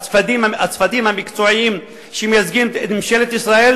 הצוותים המקצועיים שמייצגים את ממשלת ישראל,